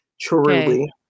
Truly